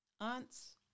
aunts